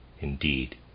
Indeed